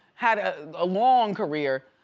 had ah a long career,